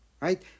Right